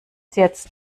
jetzt